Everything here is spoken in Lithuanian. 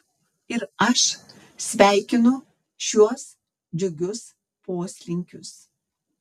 ir aš sveikinu šiuos džiugius poslinkius